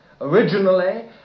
Originally